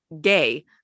gay